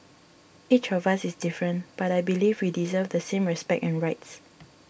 each of us is different but I believe we deserve the same respect and rights